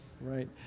Right